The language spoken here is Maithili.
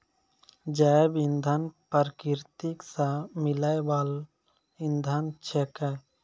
जैव इंधन प्रकृति सॅ मिलै वाल इंधन छेकै